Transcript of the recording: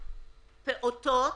פעוטות,